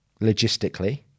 logistically